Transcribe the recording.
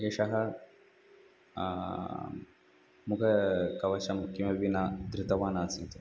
एषः मुखकवचं किमपि न धृतवानासीत्